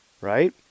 right